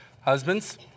Husbands